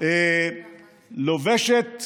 לובשת